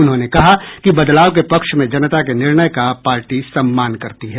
उन्होंने कहा कि बदलाव के पक्ष में जनता के निर्णय का पार्टी सम्मान करती है